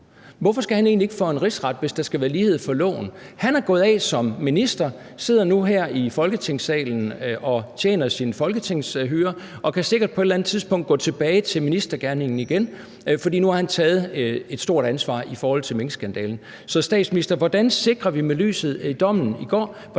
Hvorfor skal han egentlig ikke for en rigsret, hvis der skal være lighed for loven? Han er gået af som minister, sidder nu her i Folketingssalen og tjener sin folketingshyre, og han kan sikkert på et eller andet tidspunkt gå tilbage til ministergerningen, fordi han nu har taget et stort ansvar i forhold til minkskandalen. Så statsminister: Hvordan sikrer vi i lyset af dommen i går,